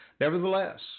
Nevertheless